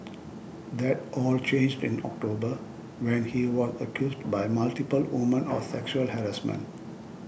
that all changed in October when he was accused by multiple women of sexual harassment